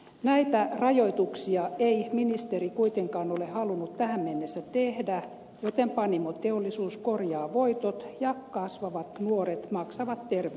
näitä rajoituksia ei ministeri kuitenkaan ole halunnut tähän mennessä tehdä joten panimoteollisuus korjaa voitot ja kasvavat nuoret maksavat terveydellään